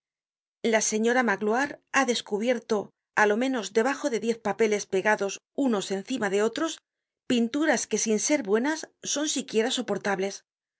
la señora magloire ha descubierto á lo menos debajo de diez papeles pegados unos encima de otros pinturas que sin ser buenas son siquiera soportables